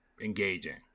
engaging